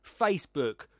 Facebook